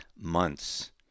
months